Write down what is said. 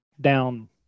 down